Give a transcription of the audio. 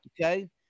Okay